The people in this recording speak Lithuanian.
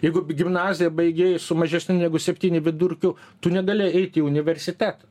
jeigu gimnaziją baigei su mažesniu negu septyni vidurkiu tu negali eit į universitetą